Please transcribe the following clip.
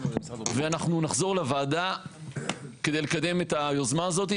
ונחזור לוועדה כדי לקדם את היוזמה הזאת.